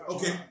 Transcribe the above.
Okay